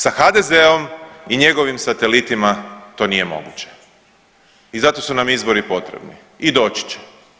Sa HDZ-om i njegovim satelitima to nije moguće i zato su nam izbori potrebni i doći će.